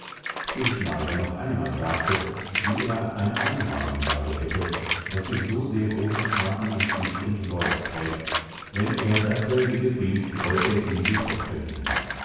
dem schneider noch einmal sagte wie er ein einhorn im walde hätte das ihm so sehr großen schaden an fisch und leut thät wenn er dasselbige fing wollt er ihm die tochter geben